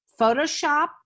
Photoshop